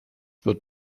wird